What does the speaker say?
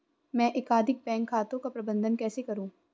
मैं एकाधिक बैंक खातों का प्रबंधन कैसे करूँ?